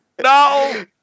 No